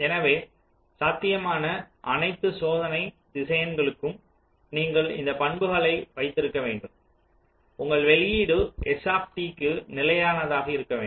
எனவே சாத்தியமான அனைத்து சோதனை திசையன்களுக்கும் நீங்கள் இந்த பண்புகளை வைத்திருக்க வேண்டும் உங்கள் வெளியீடு S க்குள் நிலையானதாக இருக்க வேண்டும்